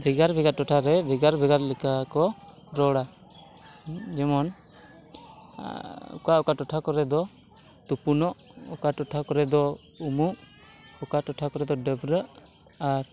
ᱵᱷᱮᱜᱟᱨ ᱵᱷᱮᱜᱟᱨ ᱴᱚᱴᱷᱟᱨᱮ ᱵᱷᱮᱜᱟᱨ ᱵᱷᱮᱜᱟᱨ ᱞᱮᱠᱟᱠᱚ ᱨᱚᱲᱟ ᱡᱮᱢᱚᱱ ᱚᱠᱟ ᱚᱠᱟ ᱴᱚᱴᱷᱟ ᱠᱚᱨᱮᱫᱚ ᱛᱩᱯᱩᱱᱚᱜ ᱚᱠᱟ ᱴᱚᱴᱷᱟ ᱠᱚᱨᱮ ᱫᱚ ᱩᱢᱩᱜ ᱚᱠᱟ ᱴᱚᱴᱷᱟ ᱠᱚᱨᱮᱜ ᱫᱚ ᱰᱟᱹᱵᱽᱨᱟᱹᱜ ᱟᱨ